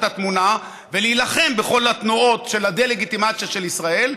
התמונה ולהילחם בכל התנועות של הדה-לגיטימציה של ישראל,